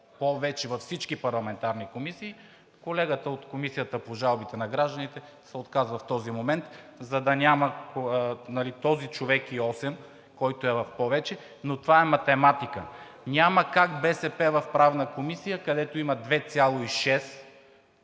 повече във всички парламентарни комисии, колегата от Комисията по жалбите на гражданите се отказва в този момент, за да няма този човек и осем, който е в повече. Но това е математика. Няма как БСП в Правната комисия, където имат 2,6,